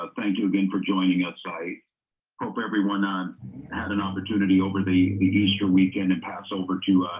ah thank you again for joining us. i hope everyone um had an opportunity over the the easter weekend and passover to